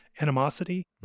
animosity